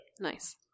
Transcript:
Nice